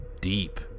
deep